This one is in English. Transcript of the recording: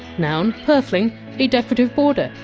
noun, purfling a decorative border,